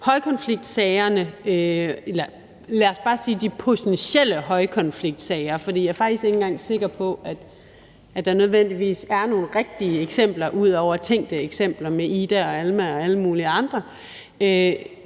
Højkonfliktsagerne – eller lad os bare sige de potentielle højkonfliktsager, for jeg er faktisk ikke engang sikker på, at der nødvendigvis er nogle rigtige eksempler ud over tænkte eksempler med Ida og Alma og alle mulige andre